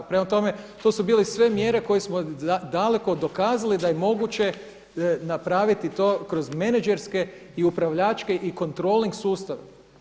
Prema tome, to su bili sve mjere koje smo daleko dokazali da je moguće napraviti to kroz menadžerske i upravljačke i kontroling sustave.